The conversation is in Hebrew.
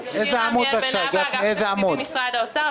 עמיאל, אגף תקציבים במשרד האוצר.